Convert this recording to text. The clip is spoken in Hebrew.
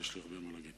כי יש לי הרבה מה להגיד.